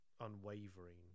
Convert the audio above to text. unwavering